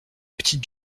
petites